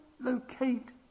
locate